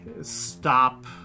stop